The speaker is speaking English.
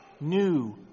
new